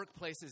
workplaces